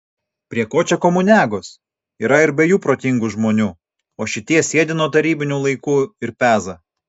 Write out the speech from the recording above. prie ko čia komuniagos yra ir be jų protingų žmonių o šitie sėdi nuo tarybinių laikų ir peza